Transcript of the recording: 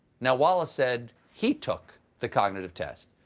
now wallace said he took the kind of test,